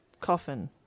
coffin